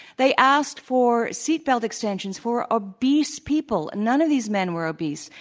they asked for seat belt extensions for obese people. and none of these men were obese.